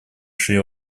шри